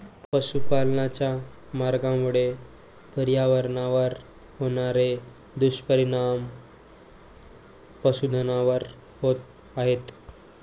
पशुपालनाच्या मार्गामुळे पर्यावरणावर होणारे दुष्परिणाम पशुधनावर होत आहेत